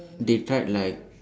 they tried like